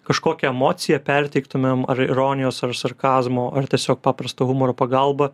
kažkokią emociją perteiktumėm ar ironijos ar sarkazmo ar tiesiog paprasto humoro pagalba